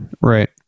Right